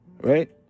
right